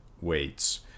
weights